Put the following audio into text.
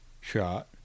shot